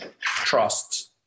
trust